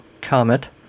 comet